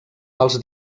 els